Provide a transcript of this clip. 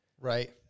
Right